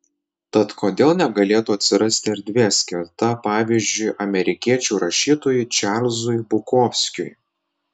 tad kodėl negalėtų atsirasti erdvė skirta pavyzdžiui amerikiečių rašytojui čarlzui bukovskiui